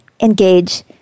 engage